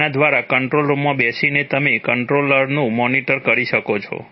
જેના દ્વારા કંટ્રોલ રૂમમાં બેસીને તમે કંટ્રોલરનું મોનિટર કરી શકો છો